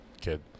kid